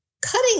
cutting